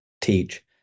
teach